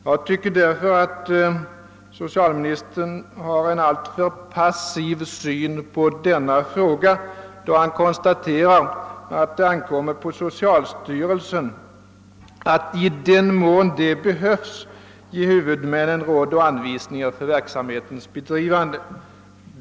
Jag tycker därför att socialministern har en alltför passiv syn på denna fråga, då han konstaterar att det ankommer på socialstyrelsen att i den mån det behövs ge huvudmännen råd och anvisningar för verksamhetens bedrivande.